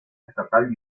estatal